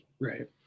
Right